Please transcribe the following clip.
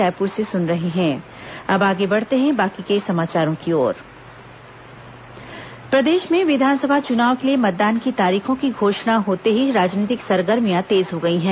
राजनीतिक सरगर्मी प्रदेश में विधानसभा चुनाव के लिए मतदान की तारीखों की घोषणा होते ही राजनीतिक सरगर्मियां तेज हो गई हैं